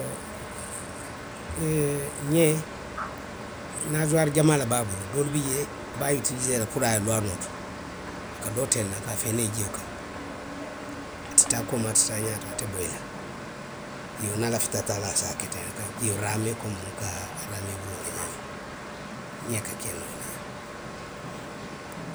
ňee, naasuwaari jamaa le be a bulu, doolu bi jee a be i, a ka utilisee puru a ye loo a nooto, a ka loo teŋ ne ka a feenee jio kaŋ, a ti taa kooma, a ti taa ňaato, a te boyi la.; Iyoo niŋ a lafita taa la a se a ke teŋ a ka jio raamee komiŋ moo ka a, ka raamee buloo la ňaamiŋ. ňee ka ke noo wo le ňaama.,.